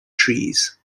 trees